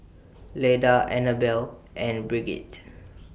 Leda Annabelle and Brigitte